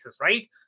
right